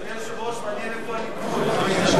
אדוני היושב-ראש, מעניין איפה הליכוד.